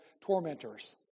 tormentors